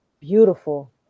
beautiful